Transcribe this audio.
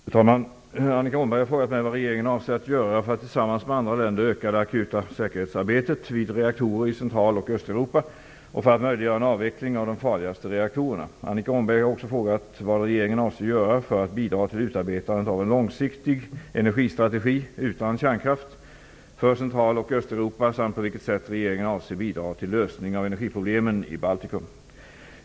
Fru talman! Annika Åhnberg har frågat mig vad regeringen avser göra för att tillsammans med andra länder öka det akuta säkerhetsarbetet vid reaktorer i Central och Östeuropa och för att möjliggöra en avveckling av de farligaste reaktorerna. Annika Åhnberg har också frågat vad regeringen avser göra för att bidra till utarbetandet av en långsiktig energistrategi -- utan kärnkraft -- för Central och Östeuropa samt på vilket sätt regeringen avser bidra till lösning av energiproblemen i Baltikum.